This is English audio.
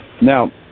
Now